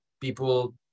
people